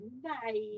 Bye